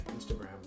Instagram